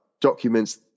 documents